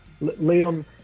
Leon